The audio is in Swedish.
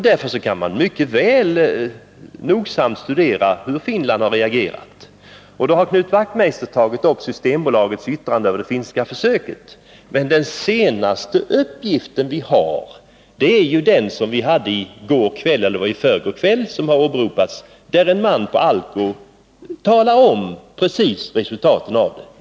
Därför kan man mycket väl nogsamt studera hur Finland har reagerat. Knut Wachtmeister har tagit upp Systembolagets yttrande över de finska försöken, men den senaste uppgiften som har åberopats är den som kom i går eller i förrgår, när en man från Alko redogjorde för resultaten.